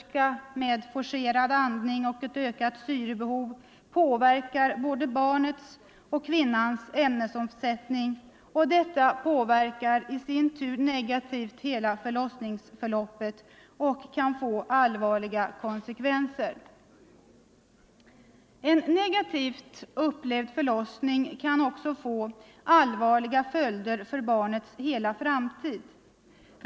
1974 forcerad andning och ökat syrebehov påverkas både hennes och barnets ämnesomsättning, och detta påverkar i sin tur negativt hela förlossnings — Forskning om förloppet och kan få allvarliga konsekvenser. smärtlindring vid En negativt upplevd förlossning kan också få allvarliga följder för bar — förlossning nets hela framtid.